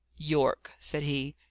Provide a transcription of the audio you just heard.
yorke, said he,